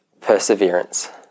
perseverance